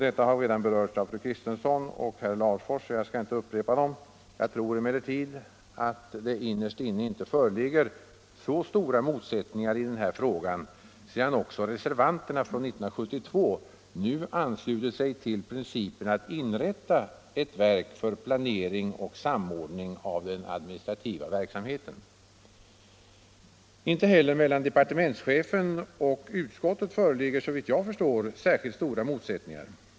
Detta har redan berörts av fru Kristensson och herr Larfors, så jag skall inte upprepa synpunkterna. Jag tror emellertid att det innerst inne inte föreligger så stora motsättningar i den här frågan, sedan också reservanterna från 1972 nu anslutit sig till principen att inrätta ett verk för planering och samordning av den administrativa verksamheten. Inte heller mellan departementschefen och utskottet föreligger — såvitt jag förstår — särskilt stora motsättningar.